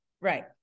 right